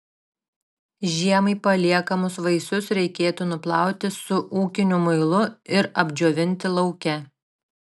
žiemai paliekamus vaisius reikėtų nuplauti su ūkiniu muilu ir apdžiovinti lauke